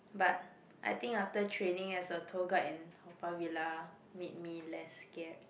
but I think after training as a tour guide in Haw-Par-Villa made me less scared